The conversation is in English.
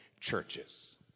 churches